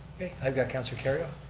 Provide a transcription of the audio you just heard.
i got councilor kerrio.